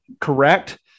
correct